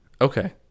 Okay